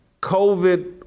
COVID